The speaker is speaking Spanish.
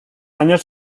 años